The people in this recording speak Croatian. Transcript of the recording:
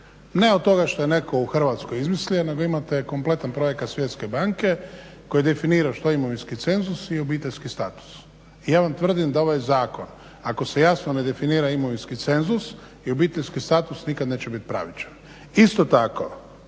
Ne od toga što je netko u Hrvatskoj izmislio nego imate kompletan projekt Svjetske banke koji definira što je imovinski cenzus i obiteljski status. I ja vam tvrdim da ovaj zakon ako se jasno ne definira imovinski cenzus i obiteljski status nikad neće biti pravičan. Isto tako